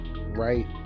right